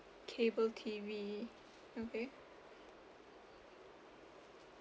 cable T_V okay